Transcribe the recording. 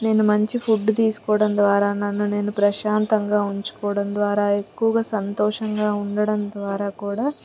నేను మంచి ఫుడ్ తీసుకోవడం ద్వారా నన్ను నేను ప్రశాంతంగా ఉంచుకోవడం ద్వారా ఎక్కువగా సంతోషంగా ఉండడం ద్వారా కూడా